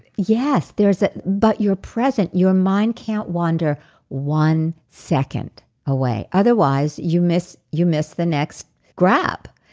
yes, there's a. but you're present. your mind can't wander one second away. otherwise, you miss you miss the next grab.